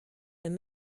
and